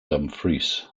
dumfries